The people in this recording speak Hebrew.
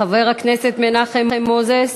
חבר הכנסת מנחם מוזס,